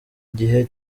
igihe